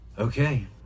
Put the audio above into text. Okay